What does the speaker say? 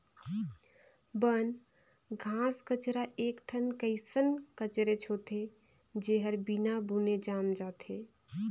बन, घास कचरा एक ठन कइसन कचरेच होथे, जेहर बिना बुने जायम जाथे